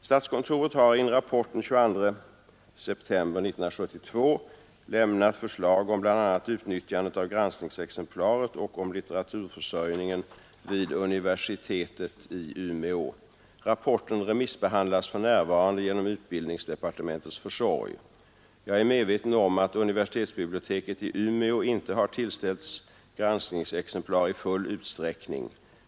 Statskontoret har i en rapport den 22 september 1972 lämnat förslag om bl.a. utnyttjandet av granskningsexemplaret och om litteraturförsörjningen vid universitetet i Umeå. Rapporten remissbehandlas för närvarande genom utbildningsdepartementets försorg. Jag är medveten om att universitetsbiblioteket i Umeå inte har tillställts granskningsexemplar i full utsträckning.